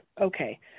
Okay